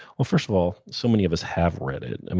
well, first of all, so many of us have read it,